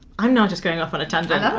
i'm now just going off on a tangent.